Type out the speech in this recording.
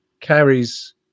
carries